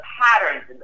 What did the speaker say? patterns